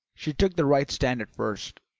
she took the right stand at first.